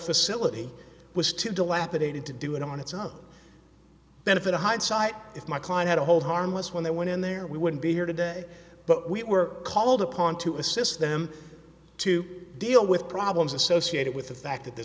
facility was to do lap it had to do it on its own benefit of hindsight if my client had a hold harmless when they went in there we wouldn't be here today but we were called upon to assist them to deal with problems associated with the fact that th